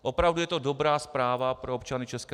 Opravdu je to dobrá zpráva pro občany ČR.